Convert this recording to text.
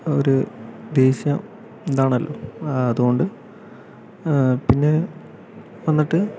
ഒരു ദേശീയ ഇതാണല്ലോ അതുകൊണ്ട് പിന്നെ എന്നിട്ട്